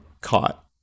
caught